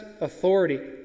authority